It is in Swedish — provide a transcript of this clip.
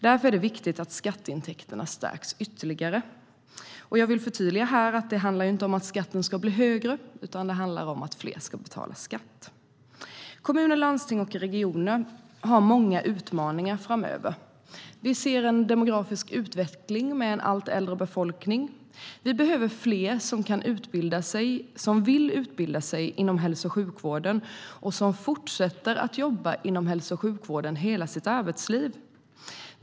Därför är det viktigt att skatteintäkterna stärks ytterligare. Jag vill här förtydliga att det inte handlar om att skatten ska bli högre, utan det handlar om att fler ska betala skatt. Kommuner, landsting och regioner har många utmaningar framöver. Vi ser en demografisk utveckling med en allt äldre befolkning. Vi behöver fler som vill utbilda sig inom hälso och sjukvården och som fortsätter att jobba inom hälso och sjukvården hela sitt arbetsliv.